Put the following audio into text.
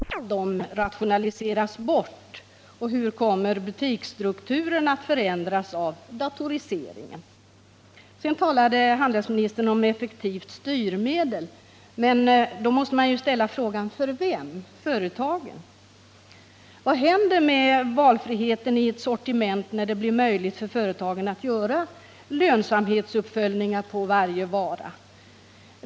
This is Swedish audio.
Herr talman! Fortfarande finns det många obesvarade frågor. Kommer t.ex. EAN-systemet att innebära att de stora kedjebutikerna stärker sin ställning gentemot småbutikerna, så att ännu fler av dessa rationaliseras bort? Hur kommer butiksstrukturen att förändras av datoriseringen? Handelsministern talade om systemet som ett effektivt styrmedel. Då måste man ställa frågorna: För vem? För företagen? Vad händer med valfriheten i ett sortiment när det blir möjligt för företagen att göra lönsamhetsuppföljningar på varje vara?